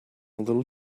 little